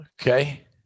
Okay